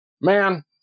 man